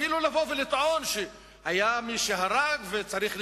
אפילו לטעון שהיה מי שהרג וצריך לשלם,